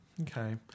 Okay